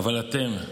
אבל אתם,